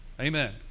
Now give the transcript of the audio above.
Amen